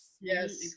Yes